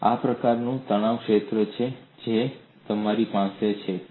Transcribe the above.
અને આ પ્રકારનું તણાવ ક્ષેત્ર છે જે તમારી પાસે છે